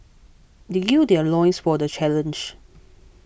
they gird their loins for the challenge